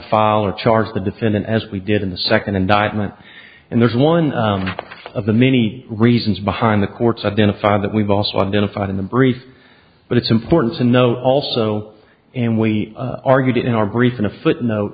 file or charge the defendant as we did in the second indictment and there's one of the many reasons behind the court's identify that we've also identified in the brief but it's important to note also and we argued in our brief in a footnote